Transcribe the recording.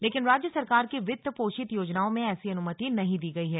लेकिन राज्य सरकार की वित्त पोषित योजनाओं में ऐसी अनुमति नहीं दी गई है